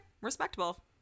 Respectable